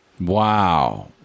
Wow